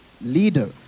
leader